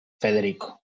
Federico